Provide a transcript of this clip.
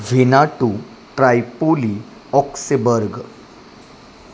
Vanuatu Tripoli ऑक्सेबर्ग